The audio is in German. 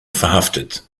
verhaftet